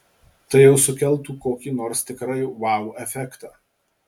tai jau sukeltų kokį nors tikrai vau efektą